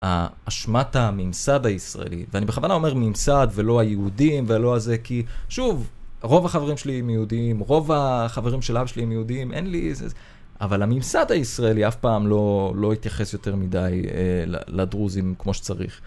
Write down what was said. אשמת הממסד הישראלי, ואני בכוונה אומר ממסד ולא היהודים ולא הזה כי שוב, רוב החברים שלי הם יהודים, רוב החברים של אבא שלי הם יהודים, אין לי איזה, אבל הממסד הישראלי אף פעם לא התייחס יותר מדי לדרוזים כמו שצריך.